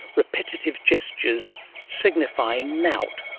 repetitive gestures signifying nowt.